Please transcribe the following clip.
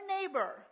neighbor